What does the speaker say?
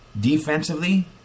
Defensively